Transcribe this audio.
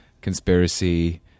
conspiracy